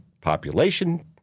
population